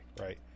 Right